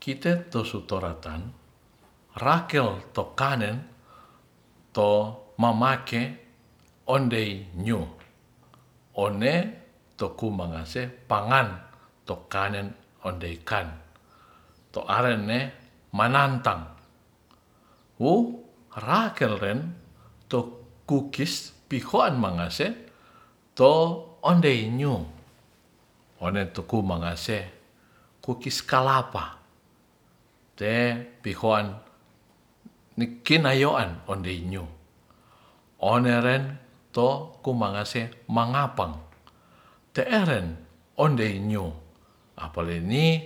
Kite to soratan rakel to kanen to mamake onde nyu one one tu mangase pangan tokanen ondei kan to arenne manantang wu rakelen to kukis pihoan mangase to ondei nyu ore tuku mangase kukis kalapa te pihoan mikinayoan nyu oneren ko kumangase mangapang te eren onde nyu apale ni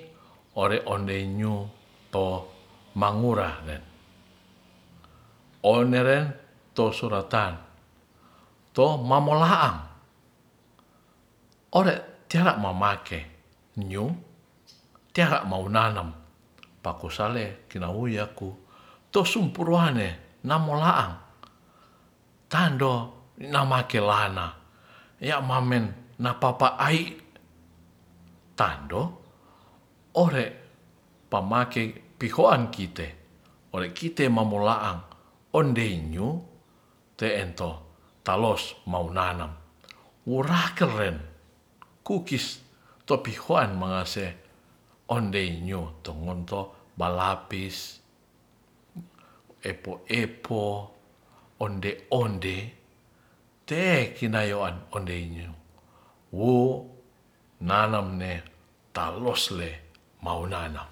ore ondei nyu to mangura oneren to suratan to mamoloaang ore tera momake nyu tera monananm pakosale to sumpurane namo laang tando namake lana ya mamen yapa ai tando ondei pamake pihoan kite tone kite mamolaang ondei nyu te to talos maunanam orakelen kukis topihoan mangase ondei nyu tongonto balapis epo epo onde onde te e kinayowan onde nyu wo nanem ne talos le maunanam